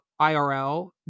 irl